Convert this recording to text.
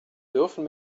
dürfen